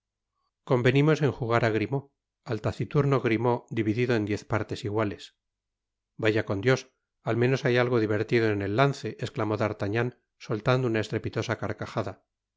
convenimos en jugar á grimaud al taciturno grimaud dividido en diez partes iguales vaya con dios almenos hay algo divertido en el lance esclamó d'artagnan soltando una estrepitosa carcajada al